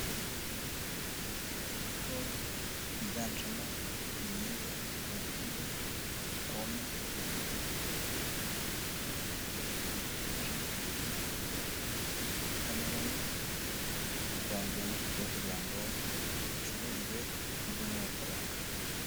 Imbuto ziganjemo imyembe, amacunga, pome ndetse n'amaronji hamwe na watermellon, aho byajyanywe ku isoko kugira ngo bicuruzwe bikurwemo amafaranga.